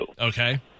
okay